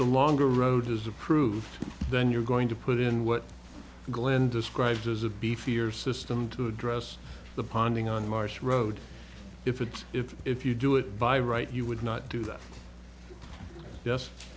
the longer road is approved then you're going to put in what glenn described as of beefier system to address the ponding on marsh road if it's if if you do it by right you would not do that